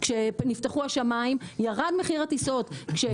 כשנפתחו השמים ירד מחיר הטיסות.